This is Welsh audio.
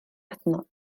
adnodd